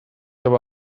aber